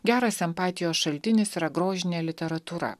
geras empatijos šaltinis yra grožinė literatūra